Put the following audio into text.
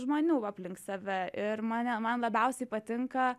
žmonių aplink save ir mane man labiausiai patinka